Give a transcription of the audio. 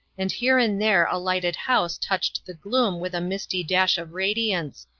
and here and there a lighted house touched the gloom with a misty dash of radiance,